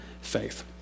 faith